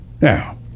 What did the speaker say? Now